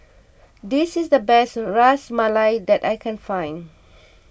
this is the best Ras Malai that I can find